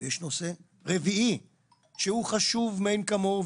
יש נושא רביעי שהוא חשוב מאין כמוהו,